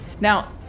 Now